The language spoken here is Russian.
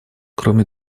кроме